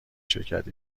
شرکت